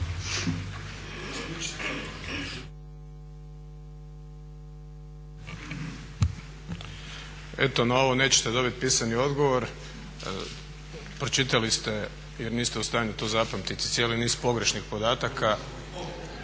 Eto na ovo nećete dobiti pisani odgovor, pročitali ste jer niste u stanju to zapamtiti cijeli niz pogrešnih podataka.